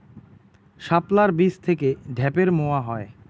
শাপলার বীজ থেকে ঢ্যাপের মোয়া হয়?